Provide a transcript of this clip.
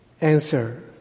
Answer